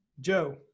Joe